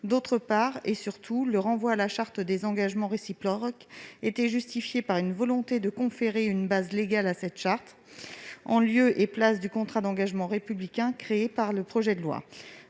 Deuxièmement et surtout, le renvoi à la charte des engagements réciproques était justifié par la volonté de conférer une base légale à ce texte, en lieu et place du contrat d'engagement républicain créé par ce projet de loi.